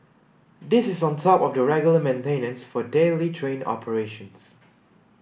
this is on top of the regular maintenance for daily train operations